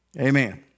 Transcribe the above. Amen